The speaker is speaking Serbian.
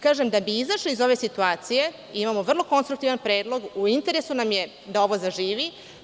Kažem, da bi izašli iz ove situacije, imamo vrlo konstruktivan predlog, u interesu nam je da ovo zaživi.